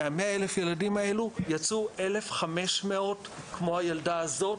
מה-100,000 ילדים האלו יצאו 1,500 כמו הילדה הזאת,